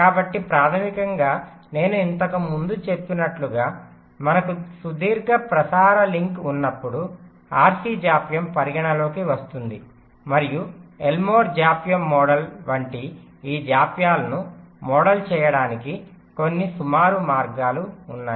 కాబట్టి ప్రాథమికంగా నేను ఇంతకుముందు చెప్పినట్లుగా మనకు సుదీర్ఘ ప్రసార లింక్ ఉన్నప్పుడు RC జాప్యం పరిగణలోకి వస్తుంది మరియు ఎల్మోర్ జాప్యం మోడల్ వంటి ఈ జాప్యాలను మోడల్ చేయడానికి కొన్ని సుమారు మార్గాలు ఉన్నాయి